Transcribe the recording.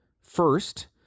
First